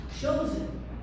chosen